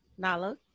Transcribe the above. Nala